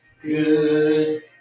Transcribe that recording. Good